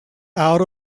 out